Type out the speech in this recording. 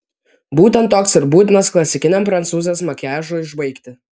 būtent toks ir būtinas klasikiniam prancūzės makiažui užbaigti